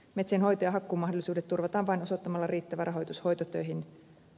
metsien hoito ja hakkuumahdollisuudet turvataan vain osoittamalla riittävä rahoitus hoitotöihin